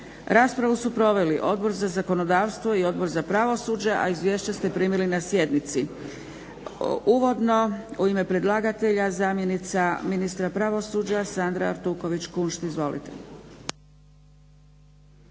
Raspravu su proveli Odbor za zakonodavstvo i Odbor za pravosuđe, a izvješća ste primili na sjednici. Uvodno u ime predlagatelja zamjenica ministra pravosuđa Sandra Artuković Kunšt, izvolite.